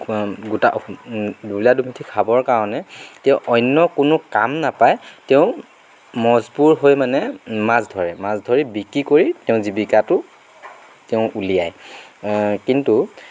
খোৱা গোটা দুবেলা দুমুঠি খাবৰ কাৰণে তেওঁ অন্য কোনো কাম নাপায় তেওঁ মজবুৰ হৈ মানে মাছ ধৰে মাছ ধৰি বিক্ৰী কৰি তেওঁ জীৱিকাটো তেওঁ উলিয়াই কিন্তু